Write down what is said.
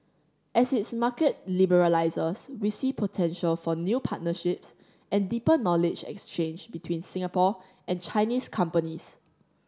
as its market liberalises we see potential for new partnerships and deeper knowledge exchange between Singapore and Chinese companies